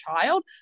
child